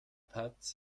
paz